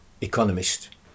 economist